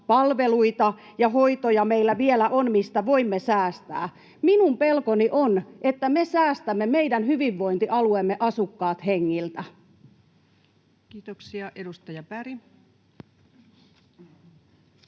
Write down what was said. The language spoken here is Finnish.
palveluita ja hoitoja meillä vielä on, mistä voimme säästää. Minun pelkoni on, että me säästämme meidän hyvinvointialueemme asukkaat hengiltä. Kiitoksia. — Edustaja Berg.